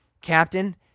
captain